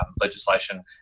legislation